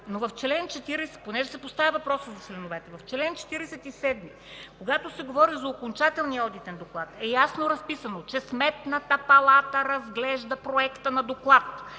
в чл. 47, когато се говори за окончателният одитен доклад, е ясно разписано, че „Сметната палата разглежда проекта на доклад,